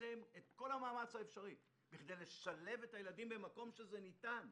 למקסם את כל המאמץ האפשרי בכדי לשלב את הילדים במקום שזה ניתן,